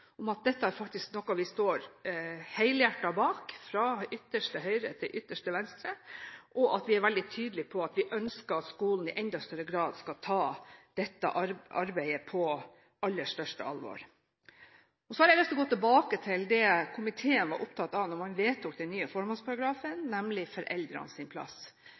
om at dette er faktisk noe vi står helhjertet bak, fra ytterste høyre til ytterste venstre, og at vi er veldig tydelige på at vi ønsker at skolen i enda større grad skal ta dette arbeidet på det aller største alvor. Så har jeg lyst til å gå tilbake til det komiteen var opptatt av da man vedtok den nye formålsparagrafen, nemlig foreldrenes plass.